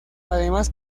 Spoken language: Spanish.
además